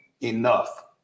enough